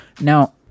Now